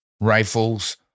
Rifles